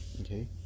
okay